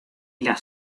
las